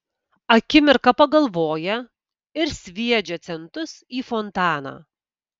akimirką pagalvoja ir sviedžia centus į fontaną